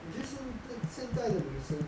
我觉得现在现代的女生